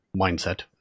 mindset